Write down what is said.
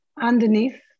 Underneath